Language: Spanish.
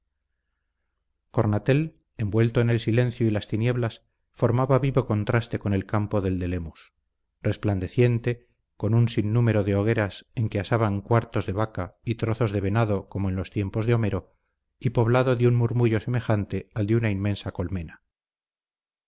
cornatel envuelto en el silencio y las tinieblas formaba vivo contraste con el campo del de lemus resplandeciente con un sinnúmero de hogueras en que asaban cuartos de vaca y trozos de venado como en los tiempos de homero y poblado de un murmullo semejante al de una inmensa colmena